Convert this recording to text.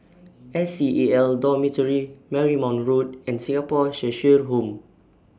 S C A L Dormitory Marymount Road and Singapore Cheshire Home